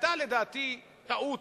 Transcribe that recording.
לדעתי זאת היתה טעות,